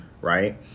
Right